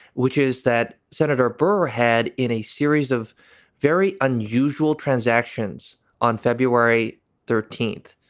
which is that senator burr had in a series of very unusual transactions on february thirteenth,